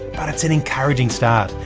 but its an encouraging start,